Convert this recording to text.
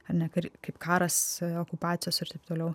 ne kaip karas okupacijos ir taip toliau